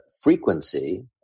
frequency